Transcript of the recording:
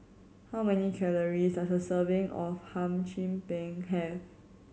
how many calories does a serving of Hum Chim Peng have